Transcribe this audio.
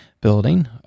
Building